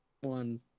One